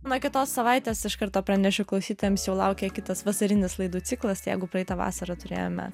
nuo kitos savaitės iš karto pranešiu klausytojams jau laukia kitas vasarinis laidų ciklas jeigu praeitą vasarą turėjome